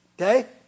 Okay